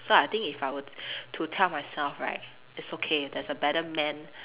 so I think if I were to to tell myself right it's okay there's a better man